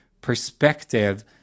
perspective